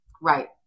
Right